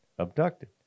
abducted